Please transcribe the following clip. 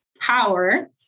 power